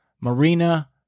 marina